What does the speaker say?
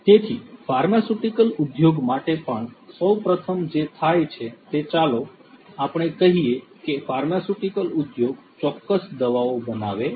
તેથી ફાર્માસ્યુટિકલ ઉદ્યોગ માટે પણ સૌ પ્રથમ જે થાય છે તે ચાલો આપણે કહીએ કે ફાર્માસ્યુટિકલ ઉદ્યોગ ચોક્કસ દવાઓ બનાવે છે